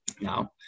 Now